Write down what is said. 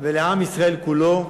ולעם ישראל כולו.